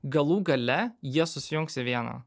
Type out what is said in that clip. galų gale jie susijungs į vieną